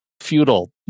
feudal